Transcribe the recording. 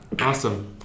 Awesome